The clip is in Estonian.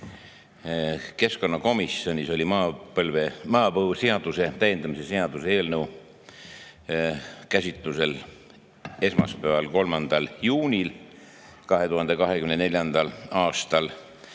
Keskkonnakomisjonis oli maapõueseaduse täiendamise seaduse eelnõu käsitlusel esmaspäeval, 3. juunil 2024. aastal.